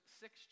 six